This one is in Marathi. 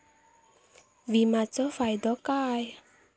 विमाचो फायदो काय?